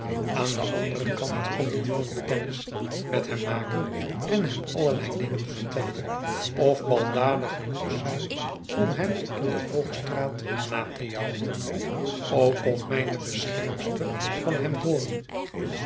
aan den anderen kant kon die jongen kennis met hem maken en hem allerlei dingen vertellen of baldadig genoeg zijn om hem in de hoogstraat na te jouwen ook kon mijne beschermster van hem hooren